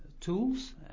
tools